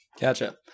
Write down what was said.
Gotcha